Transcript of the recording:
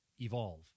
evolve